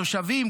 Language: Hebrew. התושבים?